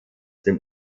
dem